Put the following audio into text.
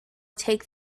take